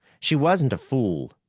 she wasn't a fool.